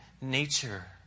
nature